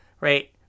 right